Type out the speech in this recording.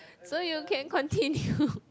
so you can continue